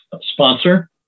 sponsor